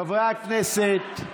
חברי הכנסת,